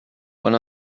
one